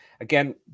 again